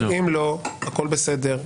אם לא, הכול בסדר.